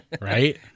right